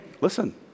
listen